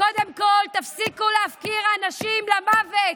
קודם כול, תפסיקו להפקיר אנשים למוות.